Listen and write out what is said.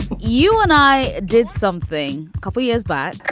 you and i did something couple years, but